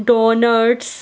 doughnuts